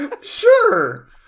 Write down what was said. Sure